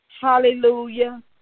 Hallelujah